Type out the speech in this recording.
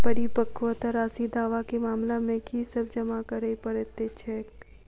परिपक्वता राशि दावा केँ मामला मे की सब जमा करै पड़तै छैक?